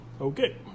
Okay